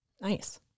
Nice